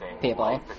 people